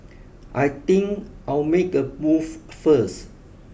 I think I'll make a move first